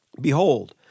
Behold